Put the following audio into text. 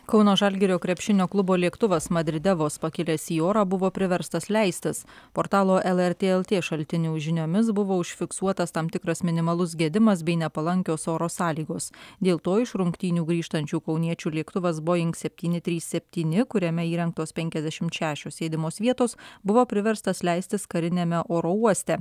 kauno žalgirio krepšinio klubo lėktuvas madride vos pakilęs į orą buvo priverstas leistis portalo lrt lt šaltinių žiniomis buvo užfiksuotas tam tikras minimalus gedimas bei nepalankios oro sąlygos dėl to iš rungtynių grįžtančių kauniečių lėktuvas boing septyni trys septyni kuriame įrengtos penkiasdešimt šešios sėdimos vietos buvo priverstas leistis kariniame oro uoste